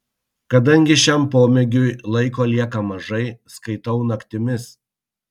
kadangi šiam pomėgiui laiko lieka mažai skaitau naktimis